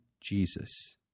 Jesus